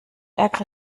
ärgere